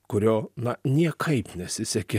kurio na niekaip nesisekė